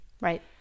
Right